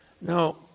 Now